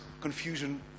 confusion